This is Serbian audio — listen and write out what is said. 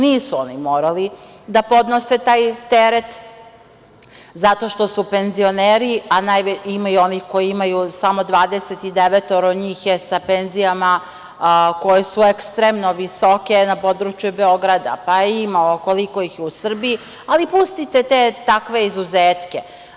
Nisu oni morali da podnose taj teret zato što su penzioneri, a ima i onih koji imaju, samo 29 njih je sa penzijama koje su ekstremno visoke na području Beograda, pa ima koliko ih je u Srbiji, ali pustite te takve izuzetke.